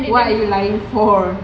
why are you lying for